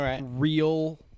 real